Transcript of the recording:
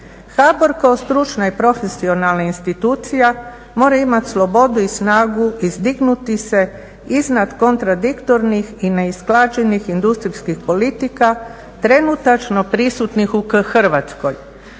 HBOR kao stručna i profesionalna institucija mora imati slobodu i snagu izdignuti se iznad kontradiktornih i neusklađenih industrijskih politika trenutačno prisutnih u Hrvatskoj